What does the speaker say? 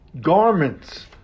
garments